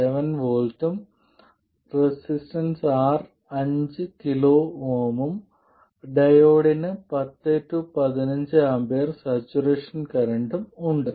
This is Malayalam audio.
7 V ഉം R 5 kΩ ഉം ഡയോഡിന് 10 15 A സാച്ചുറേഷൻ കറന്റും ഉണ്ട്